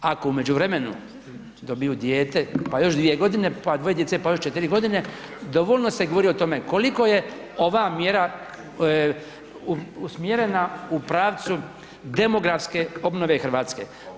Ako u međuvremenu dobiju dijete pa još 2 godine, pa dvoje djece pa još 4 godine, dovoljno se govori o tome koliko je ova mjera usmjerena u pravcu demografske obnove Hrvatske.